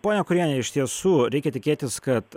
ponia kuriene iš tiesų reikia tikėtis kad